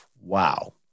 Wow